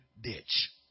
ditch